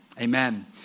Amen